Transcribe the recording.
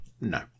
No